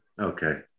Okay